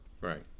Right